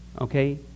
Okay